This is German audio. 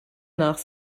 nach